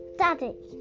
daddy